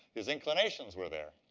his inclinations were there.